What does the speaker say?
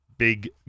Big